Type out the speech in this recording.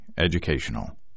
educational